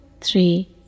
three